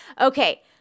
Okay